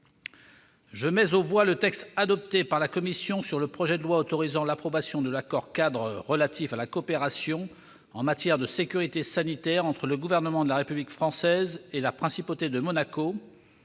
Je mets aux voix le texte adopté par la commission sur le projet de loi autorisant l'approbation de l'accord-cadre relatif à la coopération en matière de sécurité sanitaire entre le Gouvernement de la République française et la Principauté de Monaco